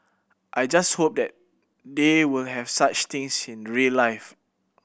I just hope that they will have such things in real life